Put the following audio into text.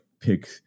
pick